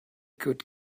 good